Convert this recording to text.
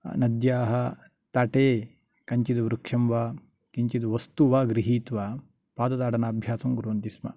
नद्याः तटे कञ्चित् वृक्षं वा किञ्चित् वस्तु वा गृहीत्वा पादताडन अभ्यासं कुर्वन्ति स्म